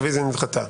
הרביזיה נדחתה.